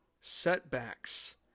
setbacks